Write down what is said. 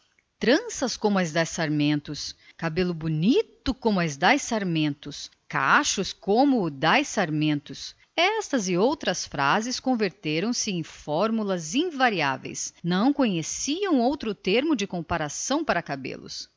tranças como as das sarmentos cabelo bonito como o das sarmentos cachos como os das sarmentos estas e outras tantas frases se haviam convertido em preceitos invariáveis fora das sarmentos não conheciam termo de comparação para cabelos